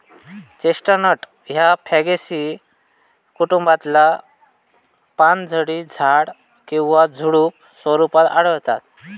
chestnut ह्या फॅगेसी कुटुंबातला पानझडी झाड किंवा झुडुप स्वरूपात आढळता